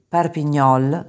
Parpignol